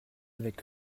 avec